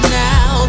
now